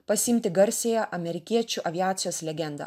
pasiimti garsiąją amerikiečių aviacijos legendą